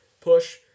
push